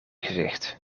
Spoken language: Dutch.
gezicht